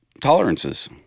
tolerances